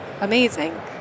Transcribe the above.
amazing